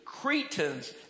Cretans